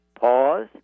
pause